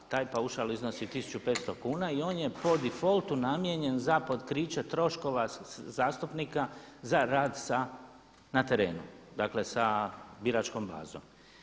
Taj paušal iznosi 1500 kuna i on je po difoltu namijenjen za pokriće troškova zastupnika za rad na terenu, dakle sa biračkom bazom.